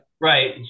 Right